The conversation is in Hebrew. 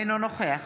אינו נוכח